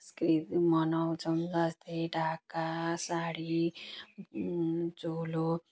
मनाउँछौँ जस्तै ढाका साडी चोलो